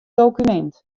dokumint